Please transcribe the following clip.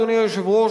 אדוני היושב-ראש,